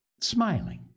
smiling